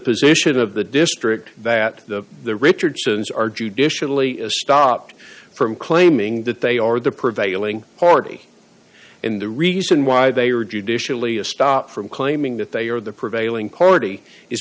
position of the district that the richardsons are judicially stopped from claiming that they are the prevailing party and the reason why they are judicially a stop from claiming that they are the prevailing party i